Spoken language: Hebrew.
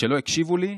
כשלא הקשיבו לי,